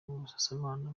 busasamana